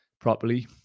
properly